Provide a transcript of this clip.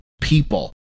people